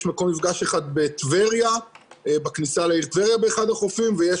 יש מקום מפגש אחד בכניסה לעיר טבריה באחד החופים ויש